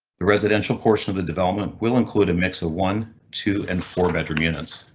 the residential portion of the development will include a mix of one two and four bedroom units.